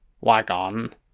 Wagon